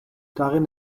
darin